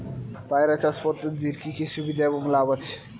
পয়রা চাষ পদ্ধতির কি কি সুবিধা এবং লাভ আছে?